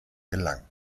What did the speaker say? gelang